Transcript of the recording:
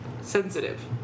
Sensitive